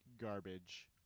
garbage